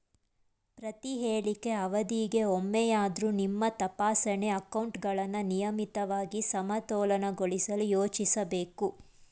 ಪ್ರತಿಹೇಳಿಕೆ ಅವಧಿಗೆ ಒಮ್ಮೆಯಾದ್ರೂ ನಿಮ್ಮ ತಪಾಸಣೆ ಅಕೌಂಟ್ಗಳನ್ನ ನಿಯಮಿತವಾಗಿ ಸಮತೋಲನಗೊಳಿಸಲು ಯೋಚಿಸ್ಬೇಕು